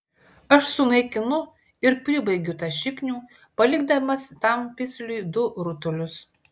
aš sunaikinu ir pribaigiu tą šiknių palikdamas tam pisliui du rutulius